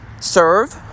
serve